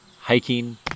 hiking